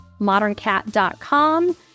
moderncat.com